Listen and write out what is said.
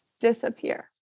disappear